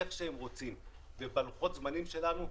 איך שהם רוצים ובלוחות זמנים שלנו,